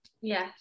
Yes